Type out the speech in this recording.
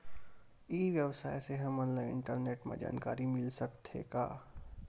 ई व्यवसाय से हमन ला इंटरनेट मा जानकारी मिल सकथे का?